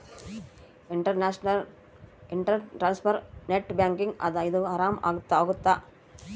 inter transfer net banking ಇಂದ ಆರಾಮ ಅಗುತ್ತ